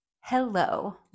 Hello